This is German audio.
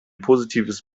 positives